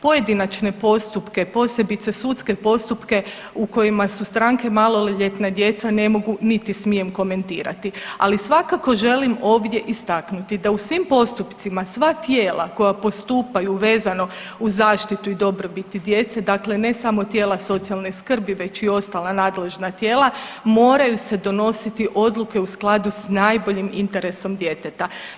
Pojedinačne postupke posebice sudske postupke u kojima su stranke maloljetna djeca ne mogu niti smijem komentirati, ali svakako želim ovdje istaknuti da u svim postupcima sva tijela koja postupaju vezano uz zaštitu i dobrobiti djece, dakle ne samo tijela socijalne skrbi već i ostala nadležna tijela moraju se donositi odluke u skladu s najboljim interesom djeteta.